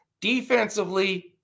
Defensively